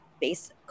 based